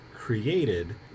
created